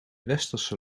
westerse